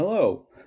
Hello